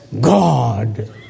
God